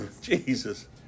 Jesus